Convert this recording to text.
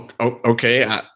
okay